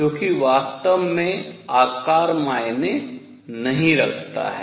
क्योंकि वास्तव में आकार मायने नहीं रखता है